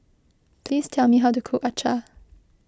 please tell me how to cook Acar